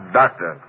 doctor